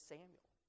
Samuel